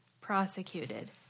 prosecuted